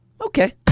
Okay